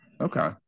Okay